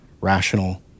rational